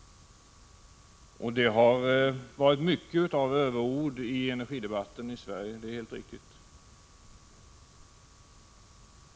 Det har varit mycket av överord i energidebatten i Sverige — det är helt riktigt.